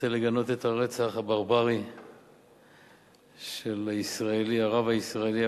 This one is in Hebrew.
רוצה לגנות את הרצח הברברי של הרב הישראלי,